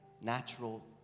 natural